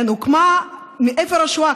היא הוקמה מאפר השואה,